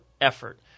effort